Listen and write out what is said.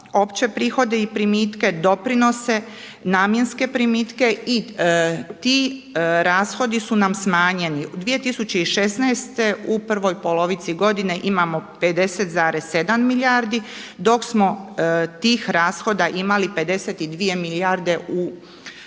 opće prihode i primitke, doprinose, namjenske primitke. I ti rashodi su nam smanjeni. 2016. u prvoj polovici godine imamo 50,7 milijardi, dok smo tih rashoda imali 52 milijarde u